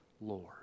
Lord